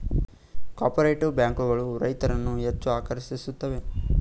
cooperative bank ಗಳು ರೈತರನ್ನು ಹೆಚ್ಚು ಆಕರ್ಷಿಸುತ್ತವೆ